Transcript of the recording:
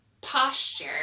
posture